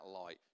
light